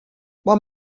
while